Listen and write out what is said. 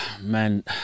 Man